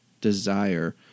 desire